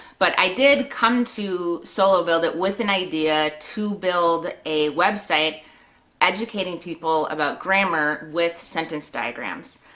but i did come to solo build it! with an idea to build a website educating people about grammar with sentence diagrams.